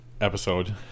episode